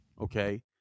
Okay